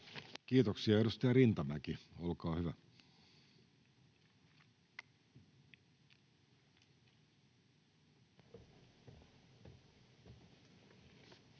Kiitoksia. — Edustaja Rintamäki, olkaa hyvä.